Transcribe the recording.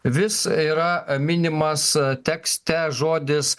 vis yra minimas tekste žodis